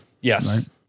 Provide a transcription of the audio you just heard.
Yes